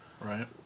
right